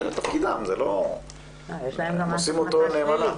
זה תפקידם והם עושים אותו נאמנה.